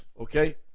okay